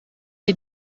les